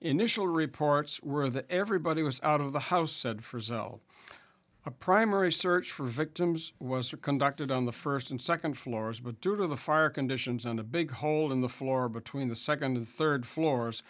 initial reports were that everybody was out of the house said for cell a primary search for victims was are conducted on the first and second floors but due to the fire conditions and a big hole in the floor between the second and third floors